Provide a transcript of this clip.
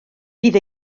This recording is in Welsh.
bydd